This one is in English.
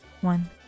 One